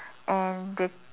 and the